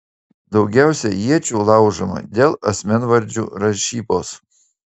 daugiausiai iečių laužoma dėl asmenvardžių rašybos